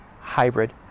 hybrid